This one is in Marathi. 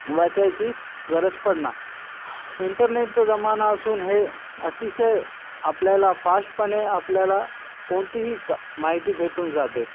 वाचायची गरज पडेना इंटरनेटचं जमाना असून हे अतिशय आपल्याला फास्टपणे आपल्याला कोणतीही क माहिती भेटून जाते